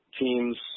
teams